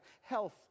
health